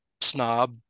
snob